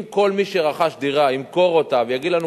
אם כל מי שרכש דירה ימכור אותה ויגיד לנו,